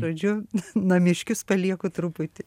žodžiu namiškius palieku truputį